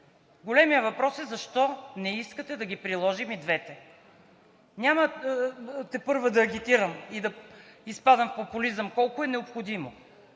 Големият въпрос е защо не искате да ги приложим и двете? Няма тепърва да агитирам и да изпадам в популизъм колко е необходимо,